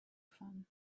fun